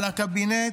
על הקבינט,